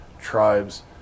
tribes